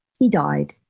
he died.